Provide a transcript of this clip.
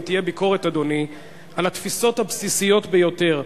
אם תהיה גם ביקורת על התפיסות הבסיסיות ביותר.